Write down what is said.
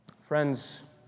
Friends